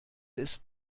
ist